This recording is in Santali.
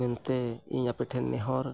ᱢᱮᱱᱛᱮ ᱤᱧ ᱟᱯᱮᱴᱷᱮᱱ ᱱᱮᱦᱚᱨ